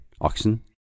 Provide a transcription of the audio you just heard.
oxen